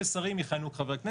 ששרים יכהנו כחברי כנסת,